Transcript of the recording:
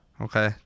Okay